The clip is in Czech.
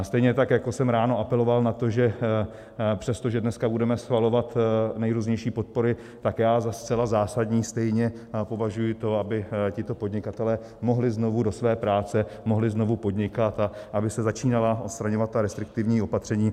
Stejně tak, jak už jsem ráno apeloval na to, že přestože dneska budeme schvalovat nejrůznější podpory, tak já za zcela zásadní stejně považuji to, aby tito podnikatelé mohli znovu do své práce, mohli znovu podnikat a aby se začínala odstraňovat ta restriktivní opatření.